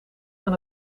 van